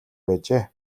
байжээ